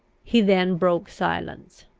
he then broke silence.